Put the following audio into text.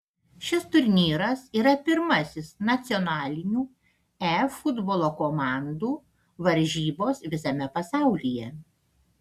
šis turnyras yra pirmasis nacionalinių e futbolo komandų varžybos visame pasaulyje